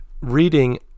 reading